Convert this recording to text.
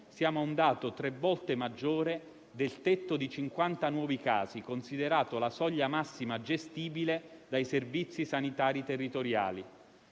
siamo a un dato 3 volte maggiore del tetto di 50 nuovi casi, considerata la soglia massima gestibile dai servizi sanitari territoriali.